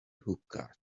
hookahs